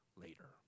later